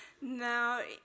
Now